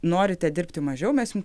norite dirbti mažiau mes jum